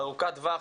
ארוכת טווח,